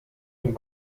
und